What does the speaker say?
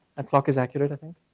that clock is accurate, i think.